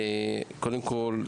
קודם כול,